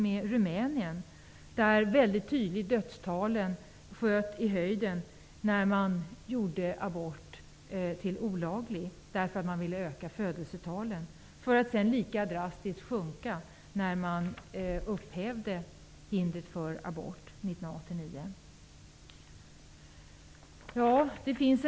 Där sköt dödstalen mycket tydligt i höjden när abort gjordes olaglig därför att man ville öka födelsetalen, för att lika drastiskt sjunka när hindret för abort upphävdes 1989.